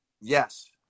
Yes